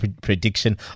prediction